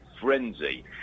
frenzy